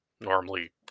normally